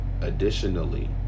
Additionally